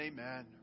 amen